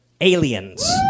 Aliens